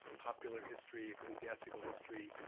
popular history, ecclesiastical history,